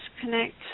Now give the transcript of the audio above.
connect